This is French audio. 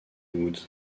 woods